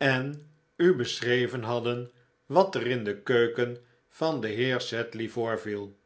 en u beschreven hadden wat er in de keuken van den heer sedley voorviel